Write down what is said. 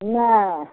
नहि